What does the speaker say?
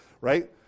right